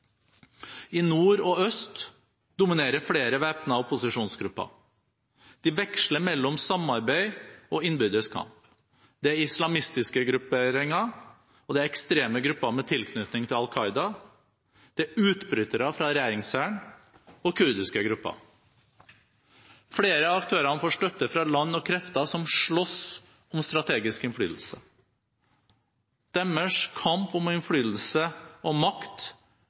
I nord og øst dominerer flere væpnede opposisjonsgrupper. De veksler mellom samarbeid og innbyrdes kamp. Det er islamistiske grupperinger, og det er ekstreme grupper med tilknytning til al Qaida, det er utbrytere fra regjeringshæren og kurdiske grupper. Flere av aktørene får støtte fra land og krefter som slåss om strategisk innflytelse. Deres kamp om innflytelse og makt